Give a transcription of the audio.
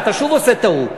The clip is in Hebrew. שמשכת, אתה שוב עושה טעות.